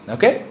Okay